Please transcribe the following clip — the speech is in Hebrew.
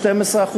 12%,